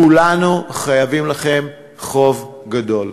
כולנו חייבים לכם חוב גדול.